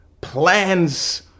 plans